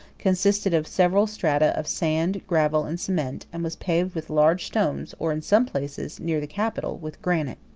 consisted of several strata of sand, gravel, and cement, and was paved with large stones, or, in some places near the capital, with granite.